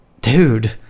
Dude